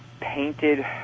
painted